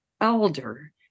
elder